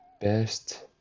best